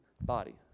body